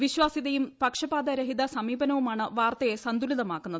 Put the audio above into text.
വിശ്വാസൃതയും പക്ഷപാത രഹിത സമീപനവുമാണ് വാർത്തയെ സന്തുലിതമാക്കുന്നത്